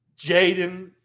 Jaden